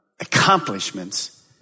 accomplishments